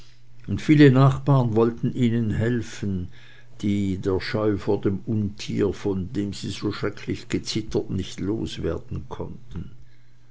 und viele nachbaren wollten ihnen helfen die der scheu vor dem untier vor dem sie so schrecklich gezittert nicht loswerden konnten